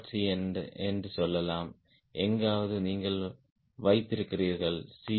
c என்று சொல்லலாம் எங்காவது நீங்கள் வைத்திருக்கிறீர்கள் C